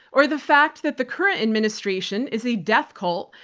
or the fact that the current administration is a death cult,